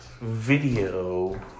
video